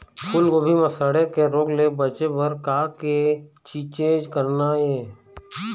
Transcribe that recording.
फूलगोभी म सड़े के रोग ले बचे बर का के छींचे करना ये?